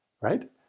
Right